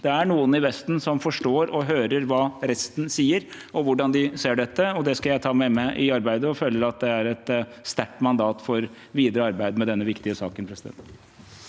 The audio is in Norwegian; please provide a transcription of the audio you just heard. det er noen i Vesten som forstår og hører hva resten sier, og hvordan de ser dette. Det skal jeg ta med meg i arbeidet, og jeg føler at det er et sterkt mandat for videre arbeid med denne viktige saken.